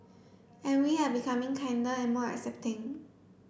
and we are becoming kinder and more accepting